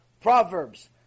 Proverbs